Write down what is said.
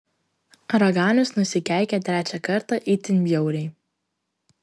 raganius nusikeikė trečią kartą itin bjauriai